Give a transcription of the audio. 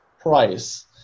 price